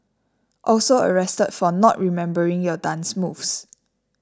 also arrested for not remembering your dance moves